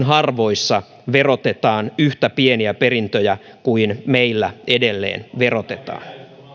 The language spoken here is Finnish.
harvoissa maissa verotetaan yhtä pieniä perintöjä kuin meillä edelleen verotetaan